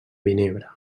vinebre